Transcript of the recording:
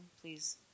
please